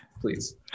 please